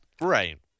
Right